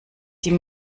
die